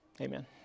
Amen